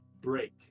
break